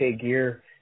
gear